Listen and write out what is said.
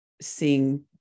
seeing